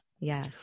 Yes